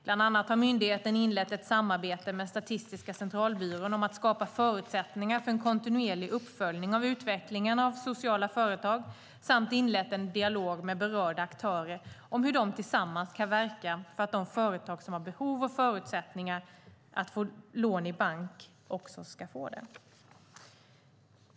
Bland annat har myndigheten inlett ett samarbete med Statistiska centralbyrån om att skapa förutsättningar för en kontinuerlig uppföljning av utvecklingen för sociala företag samt inlett en dialog med berörda aktörer om hur de tillsammans kan verka för att de företag som har behov och förutsättningar att få lån i bank också ska få det.